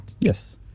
yes